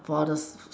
for this